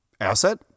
Asset